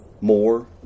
more